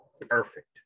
perfect